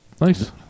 nice